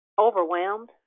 overwhelmed